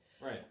Right